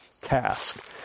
task